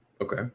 Okay